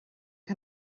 can